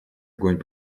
огонь